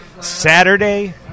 Saturday